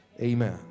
amen